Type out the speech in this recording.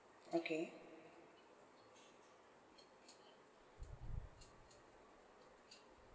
okay